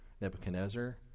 Nebuchadnezzar